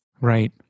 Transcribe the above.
Right